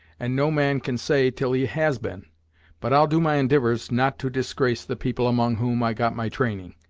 and no man can say till he has been but i'll do my endivours not to disgrace the people among whom i got my training.